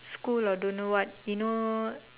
school or don't know what you know